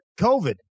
COVID